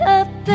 up